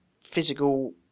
physical